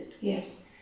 Yes